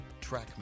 Trackman